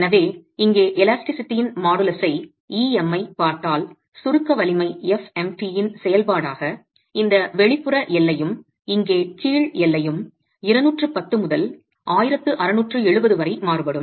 எனவே இங்கே எலாஸ்டிசிட்டியின் மாடுலஸைப் Em பார்த்தால் சுருக்க வலிமை f mt யின் செயல்பாடாக இந்த வெளிப்புற எல்லையும் இங்கே கீழ் எல்லையும் 210 முதல் 1670 வரை மாறுபடும்